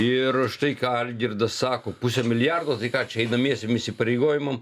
ir štai ką algirdas sako pusė milijardo tai ką čia einamiesiem įsipareigojimam